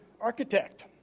architect